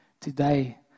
Today